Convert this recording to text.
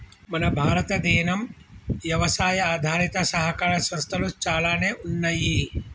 మన భారతదేనం యవసాయ ఆధారిత సహకార సంస్థలు చాలానే ఉన్నయ్యి